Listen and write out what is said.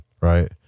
right